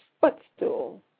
footstool